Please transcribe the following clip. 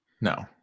No